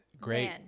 Great